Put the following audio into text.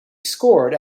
scored